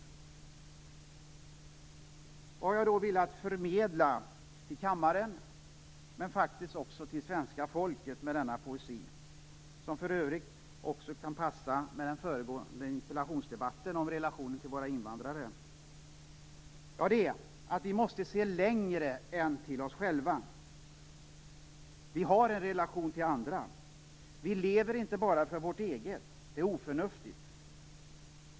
Vad har jag då velat förmedla till kammaren, men faktiskt även till svenska folket, med denna poesi, som för övrigt också kan passa i den föregående interpellationsdebatten om relationerna till våra invandrare? Jo, att vi måste se längre än till oss själva. Vi har en relation till andra. Vi lever inte bara för vårt eget. Det är oförnuftigt.